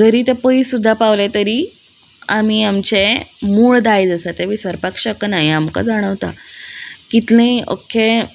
जरी ते पयस सुद्दां पावले तरी आमी आमचें मूळ दायज आसा तें विसरपाक शकना हें आमकां जाणवता कितलेंय अख्खें